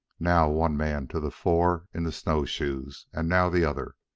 now one man to the fore in the snowshoes, and now the other,